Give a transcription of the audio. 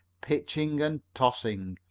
pitching and tossing.